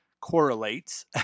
correlates